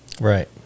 Right